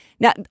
Now